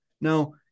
Now